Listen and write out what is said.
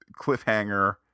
cliffhanger